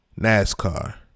NASCAR